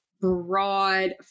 broad